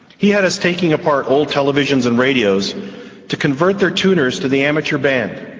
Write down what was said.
he had us taking apart old televisions and radios to convert their tuners to the amateur band.